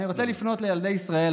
במעמד זה אני רוצה לפנות לילדי ישראל,